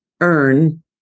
earn